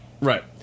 Right